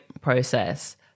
process